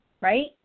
right